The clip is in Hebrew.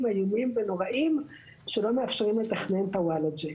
איומים ונוראיים שלא מאפשרים לתכנן את הוולאג'ה.